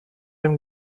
dem